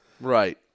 Right